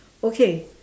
okay